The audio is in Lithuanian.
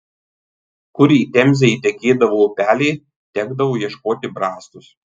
kur į temzę įtekėdavo upeliai tekdavo ieškoti brastos